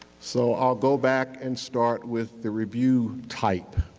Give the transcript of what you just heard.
so i will go back and start with the review type.